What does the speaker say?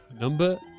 Number